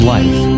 Life